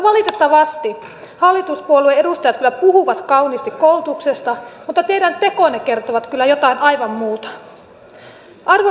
valitettavasti hallituspuolue edustajat kyllä puhuvat kauniisti koulutuksesta mutta teidän tekonne kertovat kyllä jotain aivan muuta